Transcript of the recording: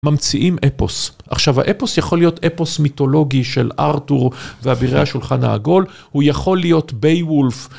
ממציאים אפוס, עכשיו האפוס יכול להיות אפוס מיתולוגי של ארתור והבירי השולחן העגול, הוא יכול להיות בייוולף.